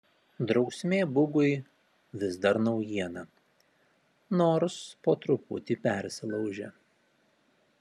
drausmė bugui vis dar naujiena nors po truputį persilaužia